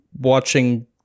watching